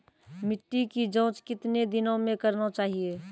मिट्टी की जाँच कितने दिनों मे करना चाहिए?